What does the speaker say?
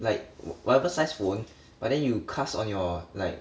like whatever sized phone but then you cast on your like